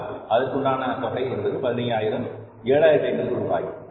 50 அதற்குண்டான தொகை என்பது 7500 ரூபாய்